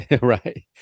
Right